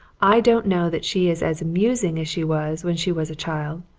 i don't know that she is as amusing as she was when she was a child,